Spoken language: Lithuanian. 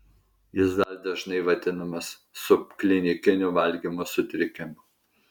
jis dar dažnai vadinamas subklinikiniu valgymo sutrikimu